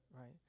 Right